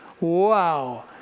Wow